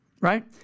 right